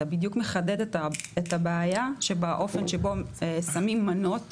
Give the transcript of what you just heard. אתה בדיוק מחדד את הבעיה באופן שבו שמים מנות